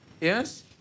Yes